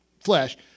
flesh